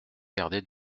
gardé